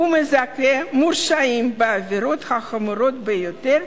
הוא מזכה מורשעים בעבירות החמורות ביותר,